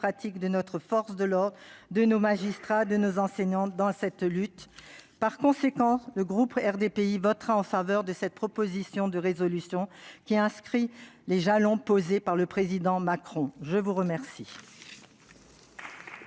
de nos forces de l'ordre, de nos magistrats et de nos enseignants dans cette lutte. Par conséquent, le groupe RDPI votera en faveur de cette proposition de résolution, qui respecte les jalons posés par le président Macron. La parole